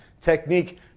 technique